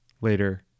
later